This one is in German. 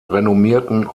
renommierten